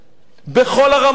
בכל הרמות.